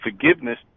forgiveness